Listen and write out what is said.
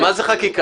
מה זה "חקיקה"?